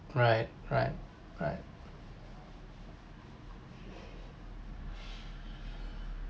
bride right correct